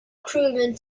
crewmen